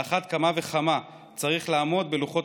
על אחת כמה וכמה צריך לעמוד בלוחות